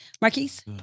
Marquise